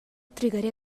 trigaré